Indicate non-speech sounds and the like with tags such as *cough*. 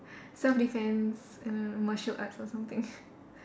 self defence err martial arts or something *laughs*